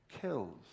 kills